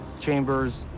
chambers,